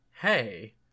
hey